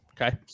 Okay